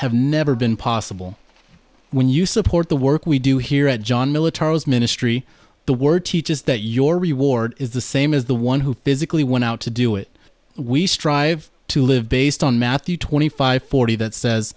have never been possible when you support the work we do here at john military ministry the word teaches that your reward is the same as the one who physically went out to do it we strive to live based on matthew twenty five forty that says